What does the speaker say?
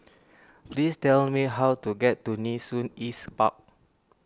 please tell me how to get to Nee Soon East Park